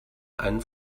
ein